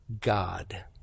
God